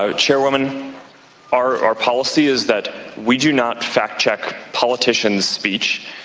so chairwoman our our policy is that we do not fact check politician's speech.